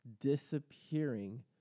disappearing